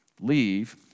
Leave